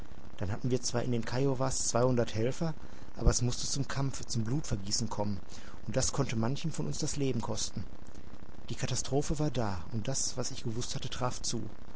dann hatten wir zwar in den kiowas zweihundert helfer aber es mußte zum kampfe zum blutvergießen kommen und das konnte manchem von uns das leben kosten die katastrophe war da und das was ich gewußt hatte traf zu